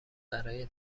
برای